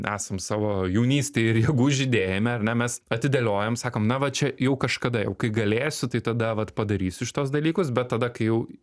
esam savo jaunystėj ir jėgų žydėjime ar ne mes atidėliojam sakom na va čia jau kažkada jau kai galėsiu tai tada vat padarysiu šituos dalykus bet tada kai jau